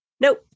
Nope